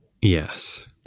yes